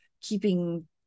keeping